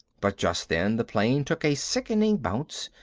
but just then the plane took a sickening bounce,